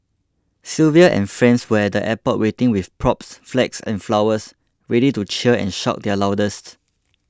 Sylvia and friends were at the airport waiting with props flags and flowers ready to cheer and shout their loudest